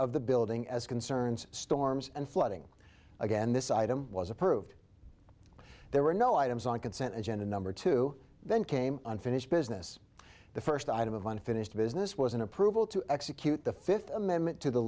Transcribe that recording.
of the building as concerns storms and flooding again this item was approved there were no items on consent agenda number two then came unfinished business the first item of unfinished business was an approval to execute the fifth amendment to the